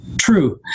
True